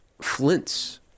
Flint's